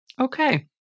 Okay